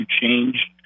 change